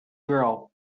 girl